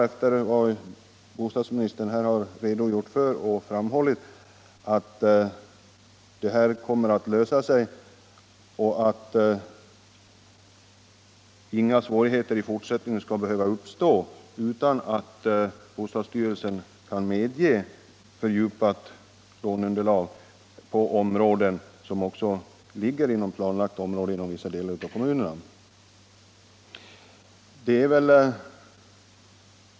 Efter vad bostadsministern har framhållit hoppas jag att denna fråga kommer att lösa sig så att inga svårigheter i fortsättningen skall behöva uppstå och att bostadsstyrelsen skall medge fördjupat låneunderlag även för hus som ligger inom planlagt område inom vissa delar av kommunerna.